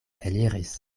eliris